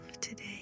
today